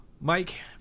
Mike